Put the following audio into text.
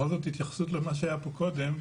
בכל זאת בהתייחס למה שהיה קודם,